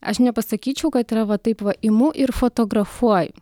aš nepasakyčiau kad yra va taip va imu ir fotografuoju